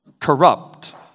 corrupt